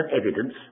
evidence